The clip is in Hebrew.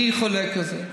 אני חולק על זה.